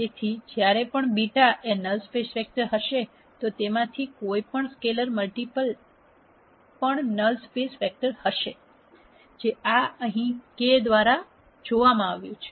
તેથી જ્યારે પણ β એ નલ સ્પેસ વેક્ટર હશે તો તેમાંથી કોઈપણ સ્કેલર મલ્ટીપલ પણ નલ સ્પેસ વેક્ટર હશે જે આ અહીં k દ્વારા જોવામાં આવ્યું છે